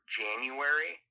january